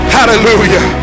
Hallelujah